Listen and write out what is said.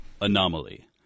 Anomaly